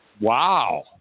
Wow